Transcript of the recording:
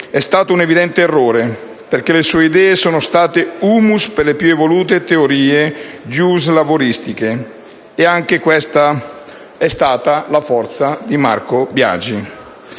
è stato un evidente errore, perché le sue idee sono state *humus* per le più evolute teorie giuslavoristiche: anche questa è stata la forza di Marco Biagi.